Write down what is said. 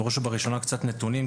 בראש ובראשונה קצת נתונים,